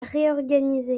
réorganiser